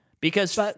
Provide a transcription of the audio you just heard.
because-